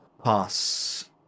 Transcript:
Pass